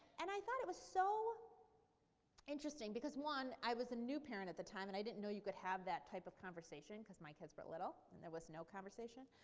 and i thought it was so interesting because, one, i was a new parent at the time and i didn't know you could have that type of conversation because my kids were little and there was no conversation.